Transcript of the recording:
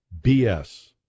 BS